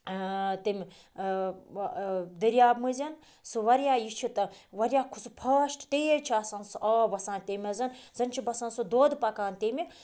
تمہِ دٔریاب مٔنٛزٮ۪ن سُہ واریاہ یہِ چھُ تہٕ واریاہ سُہ پھاسٹ تیز چھِ آسان سُہ آب وَسان تٔمۍ منٛز زَن چھِ باسان سُہ دۄد پَکان تمہِ